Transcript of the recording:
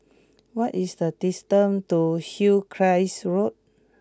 what is the distance to Hillcrest Road